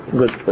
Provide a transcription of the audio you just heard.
good